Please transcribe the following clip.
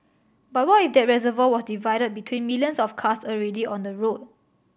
but what if that reservoir was divided between millions of cars already on the road